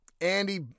Andy